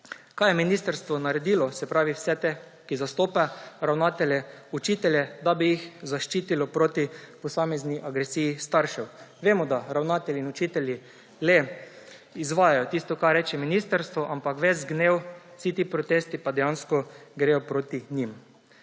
kaj je ministrstvo naredilo za vse te, ki jih zastopa, ravnatelje, učitelje, da bi jih zaščitilo pred posamezno agresijo staršev. Vemo, da ravnatelji in učitelji le izvajajo tisto, kar reče ministrstvo, ampak ves gnev, vsi ti protesti pa dejansko gredo proti njim.